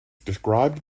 described